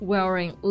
Wearing